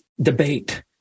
debate